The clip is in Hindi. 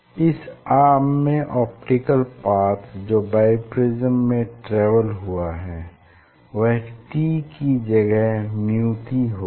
इस आर्म में ऑप्टिकल पाथ जो बाइप्रिज्म में ट्रेवल हुआ है वह t की जगह µt होगा